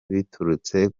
biturutse